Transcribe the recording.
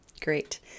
Great